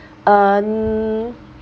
uh n~